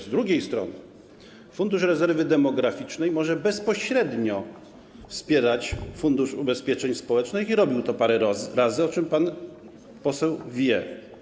Z drugiej strony Fundusz Rezerwy Demograficznej może bezpośrednio wspierać Fundusz Ubezpieczeń Społecznych i robił to parę razy, o czym pan poseł wie.